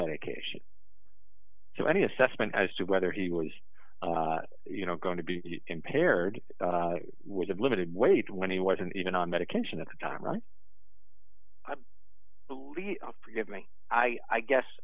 medication so any assessment as to whether he was you know going to be impaired would have limited weight when he wasn't even on medication at the time right i believe forgive me i guess